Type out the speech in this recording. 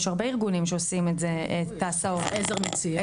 יש הרבה ארגונים שעושים את ההסעות כמו עזר מציון,